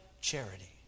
charity